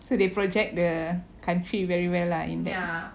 so they project the country very well lah in that